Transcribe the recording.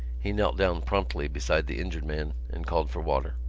he knelt down promptly beside the injured man and called for water.